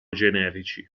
generici